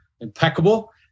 impeccable